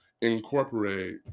incorporate